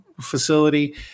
facility